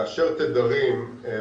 כאשר תדרים הם